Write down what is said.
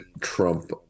Trump